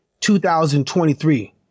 2023